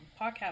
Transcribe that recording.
podcast